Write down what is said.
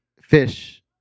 fish